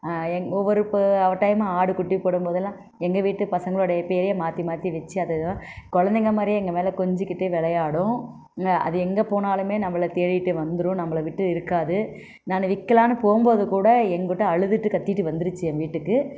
எங்க ஒவ்வொரு இப்போ ஒரு டைம் ஆடு குட்டி போடும்போதெல்லாம் எங்கள் வீட்டு பசங்களுடைய பெயர் மாற்றி மாற்றி வெச்சு அதுதான் குழந்தைங்க மாதிரியே எங்கள் மேலே கொஞ்சிகிட்டே விளையாடும் அது எங்கே போனாலும் நம்மள தேடிட்டு வந்துடும் நம்மள விட்டு இருக்காது நான் விற்கலானு போகும்போது கூட எங்கிட்ட அழுதுகிட்டு கத்திகிட்டு வந்துருச்சு என் வீட்டுக்கு